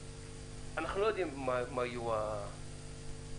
אנחנו לא יודעים מה תהייה התוצאות,